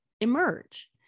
emerge